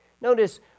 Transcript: Notice